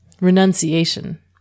Renunciation